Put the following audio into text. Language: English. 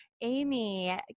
Amy